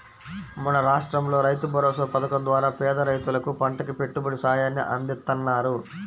మన రాష్టంలో రైతుభరోసా పథకం ద్వారా పేద రైతులకు పంటకి పెట్టుబడి సాయాన్ని అందిత్తన్నారు